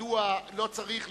מדוע לא צריך לשמוע,